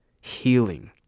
healing